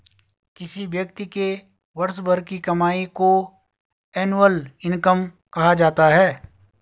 किसी व्यक्ति के वर्ष भर की कमाई को एनुअल इनकम कहा जाता है